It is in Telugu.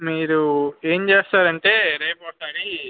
మీరు ఏం చేస్తారు అంటే రేపు ఒకసారి